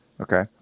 Okay